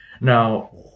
Now